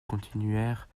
continuèrent